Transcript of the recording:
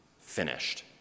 finished